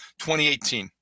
2018